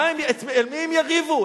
עם מי הם יריבו?